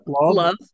Love